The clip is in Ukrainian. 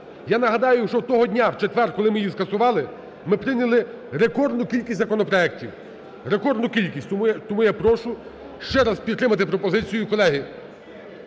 Я нагадаю, що того дня в четвер, коли ми її скасували, ми прийняли рекордну кількість законопроектів. Рекордну кількість! Тому я прошу ще раз підтримати пропозицію, колеги.